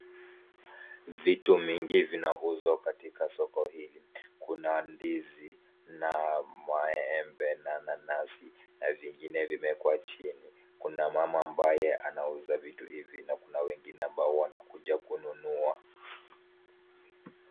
Vitu mingi vinauzwa katika soko hili. Kuna ndizi na maembe na nanasi na vingine vimewekwa chini, kuna mama ambaye anauza vitu hivi na kuna wengine ambao wankuja kununua.